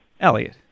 Elliot